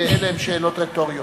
ואלה הן שאלות רטוריות.